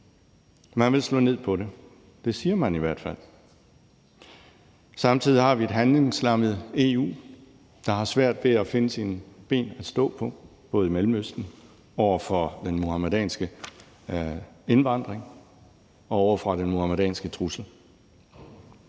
Man vil slå ned på det. Det siger man i hvert fald. Samtidig har vi et handlingslammet EU, der har svært ved at finde sine ben at stå på, både over for Mellemøsten, den muhammedanske indvandring og den muhammedanske trussel.